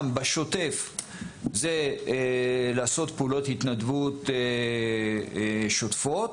בשוטף זה לעשות פעולות התנדבות שוטפות,